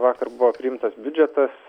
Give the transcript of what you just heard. vakar buvo priimtas biudžetas